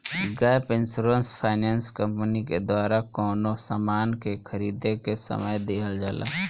gap insurance finance company के द्वारा कवनो सामान के खरीदें के समय दीहल जाला